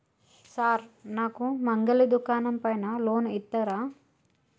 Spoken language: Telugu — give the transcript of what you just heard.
సార్ నాకు మంగలి దుకాణం పైన లోన్ ఇత్తరా?